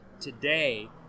Today